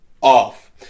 off